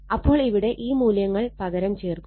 അപ്പോൾ ഇവിടെ ഈ മൂല്യങ്ങൾ പകരം ചേർക്കുക